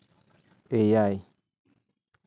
ᱮᱭᱟᱭ